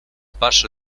paso